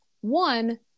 one